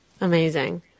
Amazing